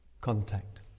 contact